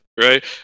right